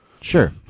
Sure